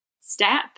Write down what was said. step